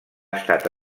estat